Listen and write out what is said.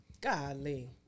Golly